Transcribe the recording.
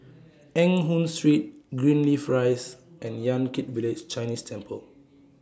Eng Hoon Street Greenleaf Rise and Yan Kit Village Chinese Temple